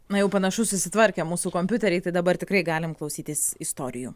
na jau panašu susitvarkė mūsų kompiuteriai tai dabar tikrai galim klausytis istorijų